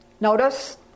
Notice